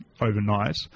overnight